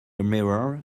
mirror